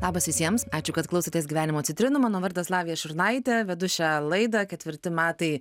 labas visiems ačiū kad klausotės gyvenimo citrinų mano vardas lavija šurnaitė vedu šią laidą ketvirti metai